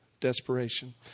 desperation